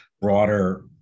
broader